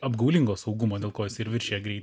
apgaulingo saugumo dėl ko jisai ir viršija greitį